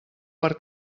per